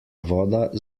voda